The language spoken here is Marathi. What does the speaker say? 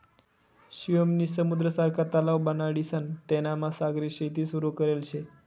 शिवम नी समुद्र सारखा तलाव बनाडीसन तेनामा सागरी शेती सुरू करेल शे